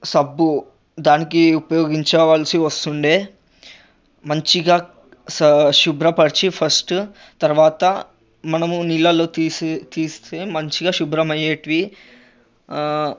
సబ్బు దానికి ఉపయోగించవలిసి వస్తుండే మంచిగా సా శుభ్రపరిచి ఫస్టు తర్వాత మనము నీళల్లోకి తీసే తీస్తే మంచిగా శుభ్రం అయ్యేటివి